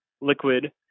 liquid